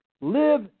Live